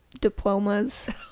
diplomas